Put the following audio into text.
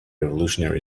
evolutionary